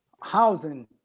housing